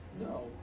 No